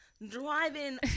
Driving